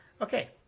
Okay